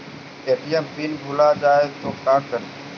ATM pin भुला जाए तो का करी?